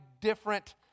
different